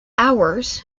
hours